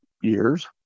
years